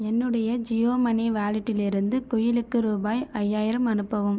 என்னுடைய ஜியோ மனி வாலெட்டிலிருந்து குயிலிக்கு ரூபாய் ஐயாயிரம் அனுப்பவும்